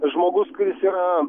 žmogus kuris yra